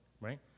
right